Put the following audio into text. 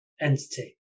entity